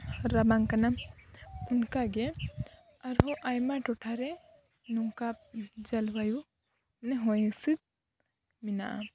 ᱨᱟᱵᱟᱝ ᱠᱟᱱᱟ ᱚᱱᱠᱟᱜᱮ ᱟᱨᱦᱚᱸ ᱟᱭᱢᱟ ᱴᱚᱴᱷᱟ ᱨᱮ ᱱᱚᱝᱠᱟ ᱡᱚᱞᱵᱟᱭᱩ ᱢᱟᱱᱮ ᱦᱚᱭ ᱦᱤᱥᱤᱫ ᱢᱮᱱᱟᱜᱼᱟ